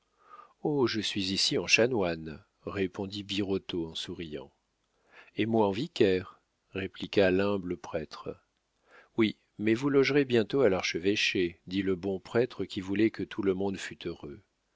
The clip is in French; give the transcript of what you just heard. oh je suis ici en chanoine répondit birotteau en souriant et moi en vicaire répliqua l'humble prêtre oui mais vous logerez bientôt à l'archevêché dit le bon prêtre qui voulait que tout le monde fût heureux